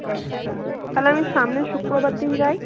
আচ্ছা তাহলে আমি সামনের শুক্রবার দিন যাই